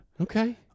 Okay